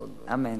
אמן.